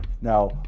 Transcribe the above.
Now